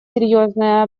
серьезное